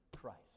christ